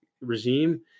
regime